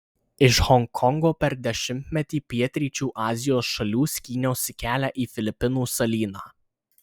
iš honkongo per dešimtį pietryčių azijos šalių skyniausi kelią į filipinų salyną